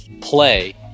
play